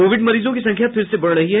Covid मरीजों की संख्या फिर से बढ़ रही है